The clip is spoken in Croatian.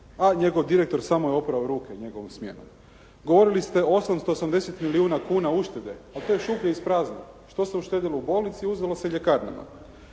A njegov direktor samo je oprao ruke, njegovu smjenu. Govorili ste o 880 milijuna kuna uštede, ali to je šuplje iz praznog, što se uštedjelo u bolnici, uzelo se u ljekarnama.